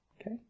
Okay